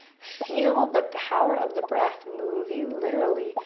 feel the power of the breath move you. literally,